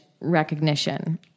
recognition